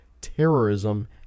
terrorism